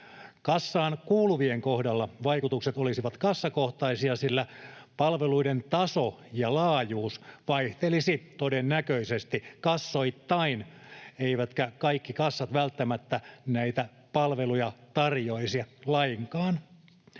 Kassaan kuuluvien kohdalla vaikutukset olisivat kassakohtaisia, sillä palveluiden taso ja laajuus vaihtelisi todennäköisesti kassoittain, eivätkä kaikki kassat välttämättä näitä palveluja tarjoaisi lainkaan.